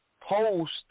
post